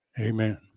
Amen